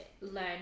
learn